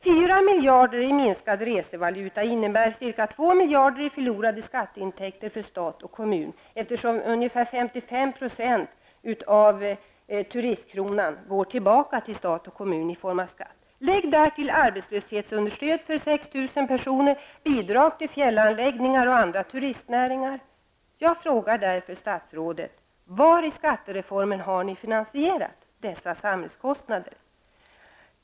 4 miljarder i minskad resevaluta innebär ca 2 miljarder i förlorade skatteintäkter för stat och kommun, eftersom ungefär 55 % av turistkronan går tillbaka till stat och kommun i form av skatt. Lägg därtill arbetslöshetsunderstöd för 6 000 personer och bidrag till fjällanläggningar och andra turistnäringar! Jag frågar därför statsrådet: Var i skattereformen har ni finansierat dessa samhällskostnader?